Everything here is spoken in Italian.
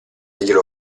glielo